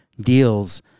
deals